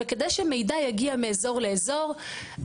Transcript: כדי שמידע יגיע מאזור לאזור,